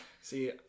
See